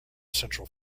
central